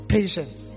Patience